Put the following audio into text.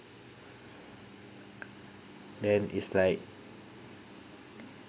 then is like